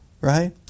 right